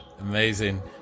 amazing